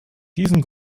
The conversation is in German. diesen